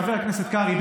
חבר הכנסת קרעי.